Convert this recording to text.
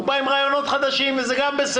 הוא בא עם רעיונות חדשים, וזה גם בסדר.